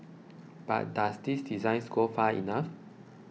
but does these designs go far enough